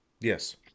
Yes